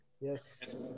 Yes